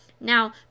Now